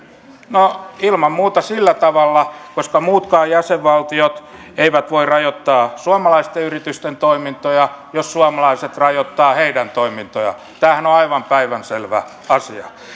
no ilman muuta sillä tavalla että muutkin jäsenvaltiot voivat rajoittaa suomalaisten yritysten toimintoja jos suomalaiset rajoittavat heidän toimintojaan tämähän on aivan päivänselvä asia